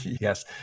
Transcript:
Yes